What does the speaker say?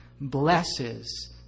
blesses